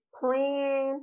plan